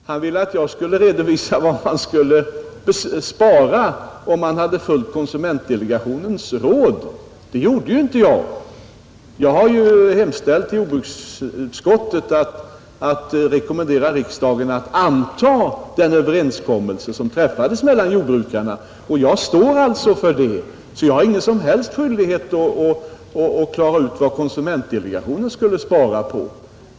Han ville att jag skulle redovisa vad man skulle ha sparat om man hade följt konsumentdelegationens råd. Det gjorde inte jag, utan jag hemställde att jordbruksutskottet skulle rekommendera riksdagen att anta den överenskommelse som träffades med jordbrukarna. Jag står för detta och har ingen som helst skyldighet att klara ut vad konsumentdelegationen skulle ha kunnat spara med sitt förslag.